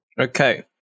Okay